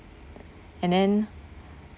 and then